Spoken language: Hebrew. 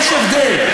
יש הבדל.